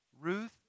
Ruth